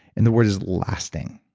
and the word is lasting.